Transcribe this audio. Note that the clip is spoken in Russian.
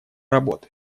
работы